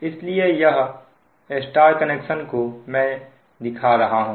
इसलिए यह Y connection को मैं दिखा रहा हूं